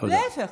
להפך,